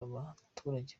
abaturage